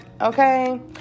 Okay